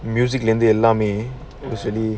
music that allow me the silly